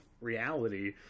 reality